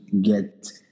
get